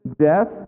death